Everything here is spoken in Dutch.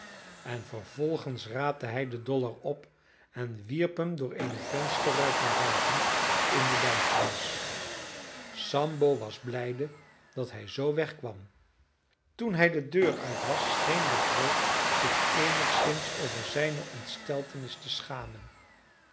en vervolgens raapte hij den dollar op en wierp hem door eene vensterruit naar buiten in de duisternis sambo was blijde dat hij zoo weg kwam toen hij de deur uit was scheen legree zich eenigszins over zijne ontsteltenis te schamen